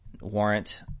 warrant